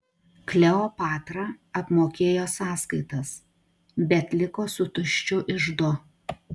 kleopatra apmokėjo sąskaitas bet liko su tuščiu iždu